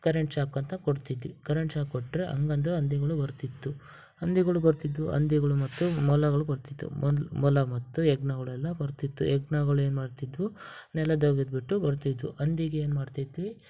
current shock ಅಂತ ಕೊಡ್ತಿದ್ವಿ current shock ಕೊಟ್ಟರೆ ಹಾಗಾದ್ರೂ ಹಂದಿಗಳು ಬರ್ತಿತ್ತು ಹಂದಿಗುಳು ಬರ್ತಿದ್ದವು ಹಂದಿಗಳು ಮತ್ತು ಮೊಲಗಳು ಬರ್ತಿದ್ದವು ಮೊಲ ಮತ್ತು ಹೆಗ್ಣಗುಳೆಲ್ಲ ಬರ್ತಿತ್ತು ಹೆಗ್ಣಗುಳೇನ್ ಮಾಡ್ತಿದ್ದವು ನೆಲದಗದ್ಬಿಟ್ಟು ಬರ್ತಿದ್ದವು ಹಂದಿಗ್ ಏನು ಮಾಡ್ತಿದ್ವಿ